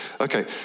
Okay